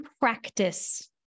practice